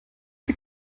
die